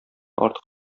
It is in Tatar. артык